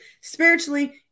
spiritually